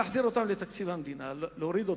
להחזיר אותם לתקציב המדינה, להוריד אותם,